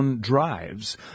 drives